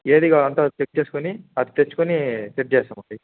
ఏది కావాలో అంతా చెక్ చేసుకోని అది తెచ్చుకుని ఫిట్ చేస్తామండి